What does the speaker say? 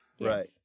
Right